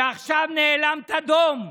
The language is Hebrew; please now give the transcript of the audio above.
ועכשיו נאלמת דום,